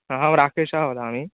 अहं राकेशः वदामि